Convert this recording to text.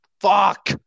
Fuck